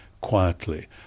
quietly